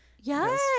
Yes